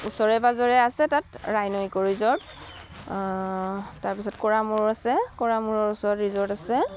ওচৰে পাঁজৰে আছে তাত ৰাইন' ইক' ৰিজৰ্ট তাৰ পিছত কুৰামূৰ আছে কুৰামূৰৰ ওচৰত ৰিজৰ্ট আছে